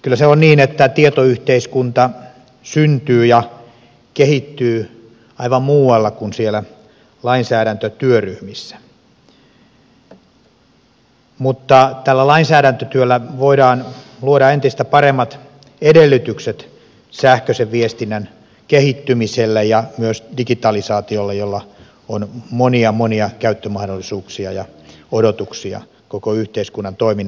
kyllä se on niin että tietoyhteiskunta syntyy ja kehittyy aivan muualla kuin siellä lainsäädäntötyöryhmissä mutta tällä lainsäädäntötyöllä voidaan luoda entistä paremmat edellytykset sähköisen viestinnän kehittymiselle ja myös digitalisaatiolle jolla on monia monia käyttömahdollisuuksia ja odotuksia koko yhteiskunnan toiminnan kannalta